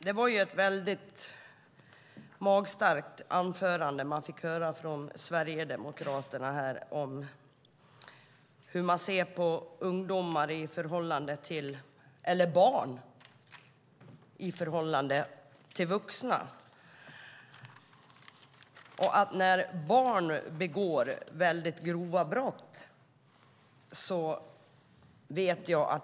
Det var ett magstarkt anförande vi fick höra om hur Sverigedemokraterna ser på ungdomar, eller barn, i förhållande till vuxna.